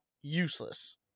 useless